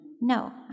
No